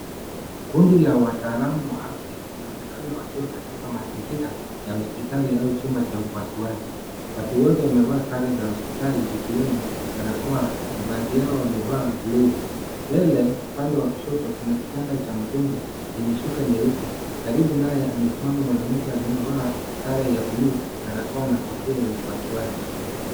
Kundi la wataalamu wa afya inaonekana wakiwa katika mazingira ya hospitali au chumba cha upasuaji. Watu wote wamevaa sare za hospitali, ikiwemo barakoa na baadhi yao wamevaa glovu. Mbele upande wa kushoto, kuna kitanda cha mgonjwa chenye shuka nyeupe, karibu naye amesimama mwanamke amevaa sare ya bluu, barakoa na kofia ya upasuaji.